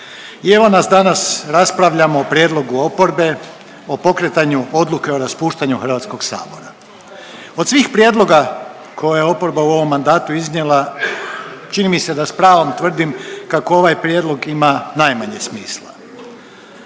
i evo nas danas raspravljamo o prijedlogu oporbe o pokretanju odluke o raspuštanju HS. Od svih prijedloga koje je oporba u ovom mandatu iznijela čini mi se da s pravom tvrdim kako ovaj prijedlog ima najmanje smisla.